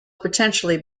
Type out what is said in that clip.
potentially